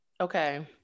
Okay